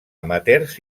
amateurs